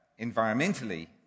Environmentally